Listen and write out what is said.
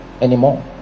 anymore